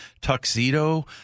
tuxedo